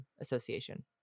Association